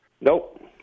Nope